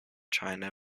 china